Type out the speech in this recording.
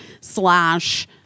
slash